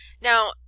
Now